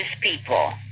people